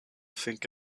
think